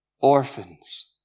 orphans